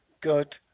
good